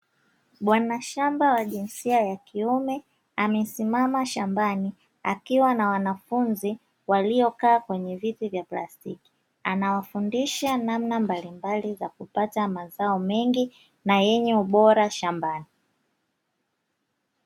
Bwana shamba wa jinsia ya kiume amesimama shambani akiwa na wanafunzi waliokaa kwenye viti vya plastiki anawafundisha namna mbalimbali za kupata mazao mengi na yenye ubora shambani.